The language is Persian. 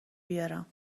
بیارم